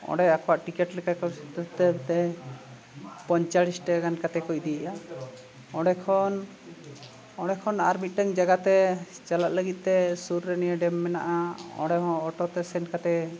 ᱚᱸᱰᱮ ᱟᱠᱚᱣᱟᱜ ᱴᱤᱠᱤᱴ ᱞᱮᱠᱟ ᱯᱚᱧᱪᱟᱥ ᱴᱟᱠᱟ ᱜᱟᱱ ᱠᱟᱛᱮ ᱠᱚ ᱤᱫᱤᱭᱮᱜᱼᱟ ᱚᱸᱰᱮᱠᱷᱚᱱ ᱚᱸᱰᱮᱠᱷᱚᱱ ᱟᱨ ᱢᱤᱫᱴᱟᱝ ᱡᱟᱭᱜᱟᱛᱮ ᱪᱟᱞᱟᱜ ᱞᱟᱹᱜᱤᱫᱼᱛᱮ ᱥᱩᱨ ᱨᱮ ᱱᱤᱭᱟᱹ ᱰᱮᱢ ᱢᱮᱱᱟᱜᱼᱟ ᱚᱸᱰᱮᱦᱚᱸ ᱚᱴᱳᱛᱮ ᱥᱮᱱ ᱠᱟᱛᱮ